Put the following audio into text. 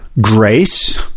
grace